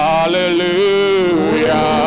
Hallelujah